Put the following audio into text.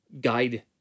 guide